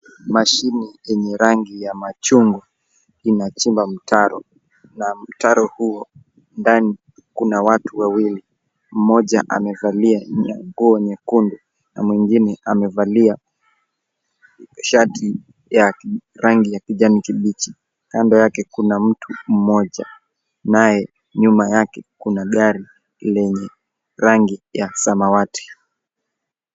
Mashine yenye rangi ya machungu inachimba mtaro na mtaro huo ndani kuna watu wawili. Mmoja amevalia nguo nyekundu na mwingine amevalia shati ya rangi ya kijani kibichi. Kando yake kuna mtu mmoja naye nyuma yake kuna gari lenye rangi ya samawati.